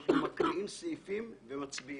אנחנו מקריאים סעיפים ומצביעים.